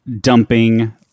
dumping